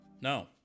No